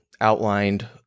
outlined